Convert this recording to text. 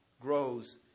grows